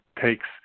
takes